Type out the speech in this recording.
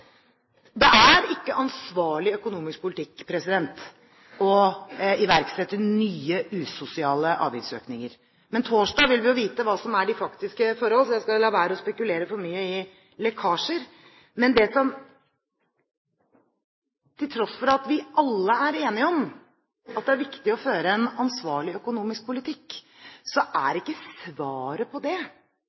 Det er ikke ansvarlig økonomisk politikk å iverksette nye, usosiale avgiftsøkninger. Men på torsdag får vi jo vite hva som er de faktiske forhold, så jeg skal la være å spekulere for mye om lekkasjer. Til tross for at vi alle er enige om at det er viktig å føre en ansvarlig økonomisk politikk, er ikke svaret her at alle gode løsninger må skje gjennom og i regi av den norske stat. Det